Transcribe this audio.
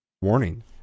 Warning